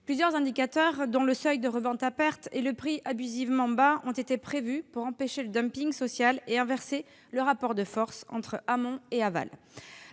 Plusieurs indicateurs, dont le seuil de revente à perte et le prix abusivement bas, ont été prévus pour empêcher le dumping social et inverser le rapport de force entre amont et aval.